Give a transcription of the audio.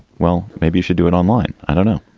well, maybe you should do it online. i don't know.